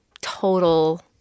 total